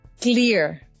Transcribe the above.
clear